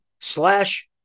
slash